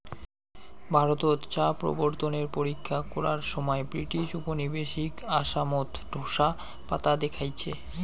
ভারতত চা প্রবর্তনের পরীক্ষা করার সমাই ব্রিটিশ উপনিবেশিক আসামত ঢোসা পাতা দেইখছে